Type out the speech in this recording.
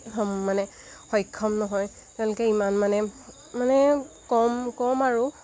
মানে সক্ষম নহয় তেওঁলোকে ইমান মানে মানে কম কম আৰু